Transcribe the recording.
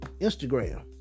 Instagram